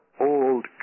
Old